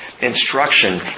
instruction